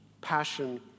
Passion